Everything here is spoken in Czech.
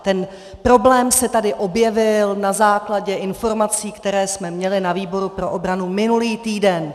Ten problém se tady objevil na základě informací, které jsme měli na výboru pro obranu minulý týden.